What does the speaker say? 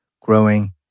growing